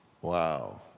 Wow